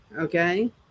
Okay